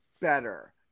better